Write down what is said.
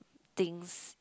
things